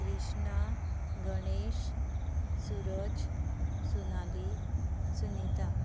Krishna Ganesh Suraj Sonali Sunita